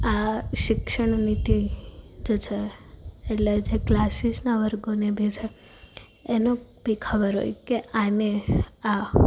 આ શિક્ષણનીતિ જે છે એટલે જે ક્લાસીસના વર્ગોની બી છે એનો બી ખબર હોય કે આને આ